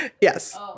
Yes